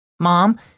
Mom